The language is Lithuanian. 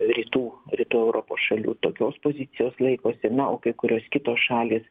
rytų rytų europos šalių tokios pozicijos laikosi na o kai kurios kitos šalys